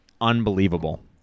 unbelievable